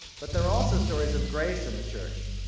but there are also stories of grace in the church.